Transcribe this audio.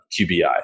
QBI